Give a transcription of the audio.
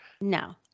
no